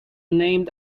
named